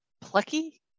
plucky